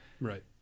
Right